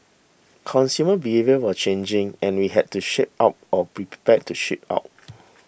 consumer behaviour was changing and we had to shape up or be prepared to ship out